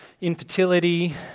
infertility